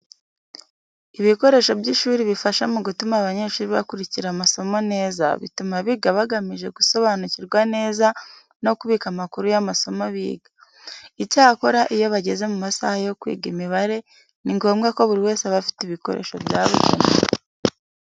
Ibikoresho by'ishuri bifasha mu gutuma abanyeshuri bakurikirana amasomo neza, bituma biga bagamije gusobanukirwa neza no kubika amakuru y'amasomo biga. Icyakora, iyo bageze mu masaha yo kwiga imibare ni ngombwa ko buri wese aba afite ibikoresho byabugenewe.